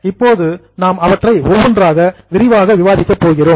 இப்போது நாம் அவற்றை ஒவ்வொன்றாக விரிவாக விவாதிக்கப் போகிறோம்